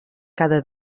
cada